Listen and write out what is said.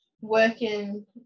working